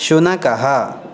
शुनकः